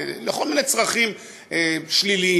לכל מיני צרכים שליליים.,